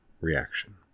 reaction